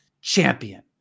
champion